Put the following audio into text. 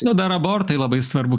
nu dar abortai labai svarbu